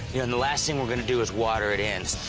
then the last thing we're going to do is water it in.